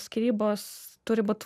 skyrybos turi būt